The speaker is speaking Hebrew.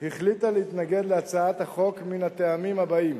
החליטה להתנגד להצעת החוק מהטעמים האלה: